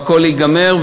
והכול ייגמר.